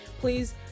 please